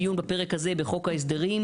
השאלה היא כמה זמן את רוצה למשוך.